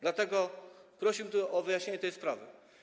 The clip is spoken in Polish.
Dlatego prosiłbym o wyjaśnienie tej sprawy.